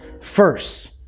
first